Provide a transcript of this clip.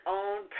own